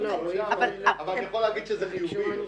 --- אבל אני יכול להגיד שזה חיובי.